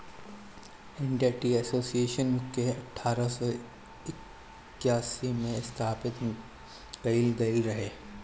India tea association के अठारह सौ इक्यासी में स्थापित कईल गईल रहे